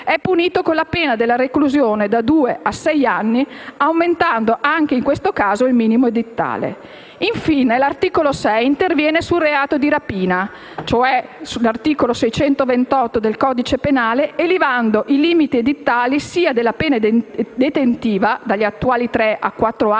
è punito con la pena della reclusione da due a sei anni, aumentando anche in questo caso il minimo edittale. Infine, l'articolo 6 interviene sul reato di rapina, di cui all'articolo 628 del codice penale, elevando i limiti edittali sia della pena detentiva (dagli attuali tre a quattro anni